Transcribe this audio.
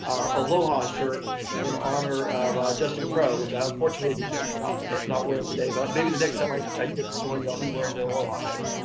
aloha shirt in honor justin crowe, which i unfortunately am not wearing today, but maybe the next time i i get to join you i'll be wearing the aloha shirt.